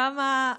כמה,